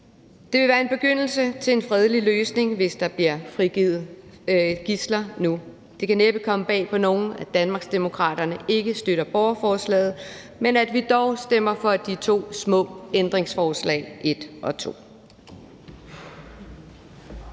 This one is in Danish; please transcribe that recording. Det vil være en begyndelse til en fredelig løsning, hvis der bliver frigivet gidsler nu. Det kan næppe komme bag på nogen, at Danmarksdemokraterne ikke støtter borgerforslaget, men at vi dog stemmer for de to små ændringsforslag, nr. 1